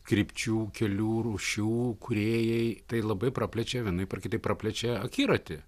krypčių kelių rūšių kūrėjai tai labai praplečia vienaip ar kitaip praplečia akiratį